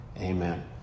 Amen